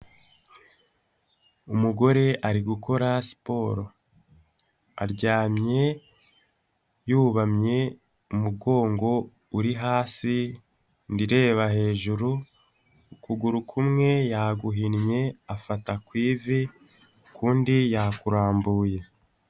Umugore ari gukora siporo aryamye yubamye, umugongo uri hasi, Inda ireba hejuru, ukuguru kumwe yaguhinnye afata kw'ivi, ukundi yakurambuye.